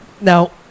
Now